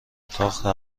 اتاق